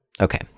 Okay